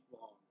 long